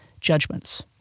judgments